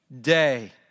day